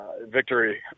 victory